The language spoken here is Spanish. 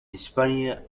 hispania